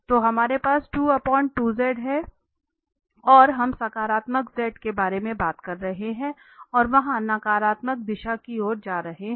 तो हमारे पास है और हम सकारात्मक z के बारे में बात कर रहे हैं और वहां नकारात्मक दिशा की ओर जा रहे हैं